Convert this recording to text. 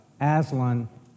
Aslan